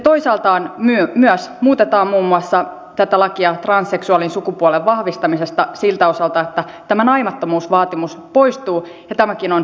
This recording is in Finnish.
toisaalta myös muutetaan muun muassa tätä lakia transseksuaalin sukupuolen vahvistamisesta siltä osalta että tämä naimattomuusvaatimus poistuu ja tämäkin on tekninen muutos